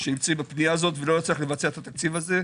שנמצאים בפנייה הזו ולא נצליח לבצע את התקציב הזה,